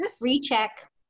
recheck